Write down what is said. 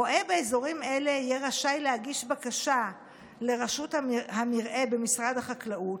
רועה באזורים אלה יהיה רשאי להגיש בקשה לרשות המרעה במשרד החקלאות,